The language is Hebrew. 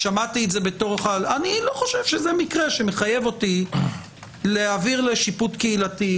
אני לא חושב שזה מקרה שמחייב אותי להעביר לשיפוט קהילתי,